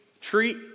treat